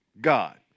God